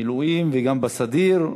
במילואים וגם בסדיר,